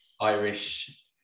Irish